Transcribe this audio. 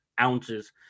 ounces